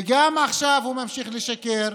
וגם עכשיו הוא ממשיך לשקר.